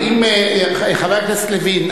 חבר הכנסת לוין,